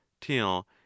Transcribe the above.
till